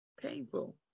Painful